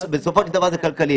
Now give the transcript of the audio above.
בסופו של דבר זה כלכלי.